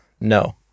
No